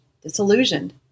disillusioned